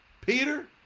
Peter